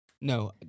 No